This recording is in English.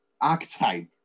archetype